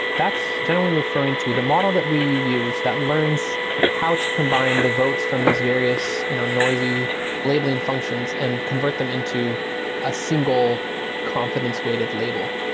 that's generally referring to the model that we use that learns how to combine the votes from these various you know noisy labeling functions and convert them into a single confidence-weighed label.